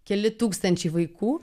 keli tūkstančiai vaikų